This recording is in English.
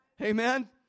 Amen